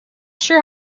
sure